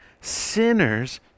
sinners